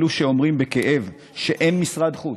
אלו שאומרים בכאב שאין משרד חוץ.